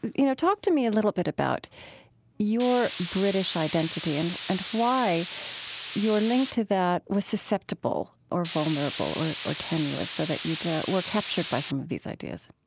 you know, talk to me a little bit about your british identity and and why your link to that was susceptible or vulnerable or or tenuous so that you were captured by some of these ideas